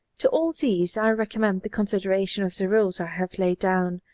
to all these i recommend the consideration of the rules i have laid down,